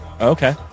Okay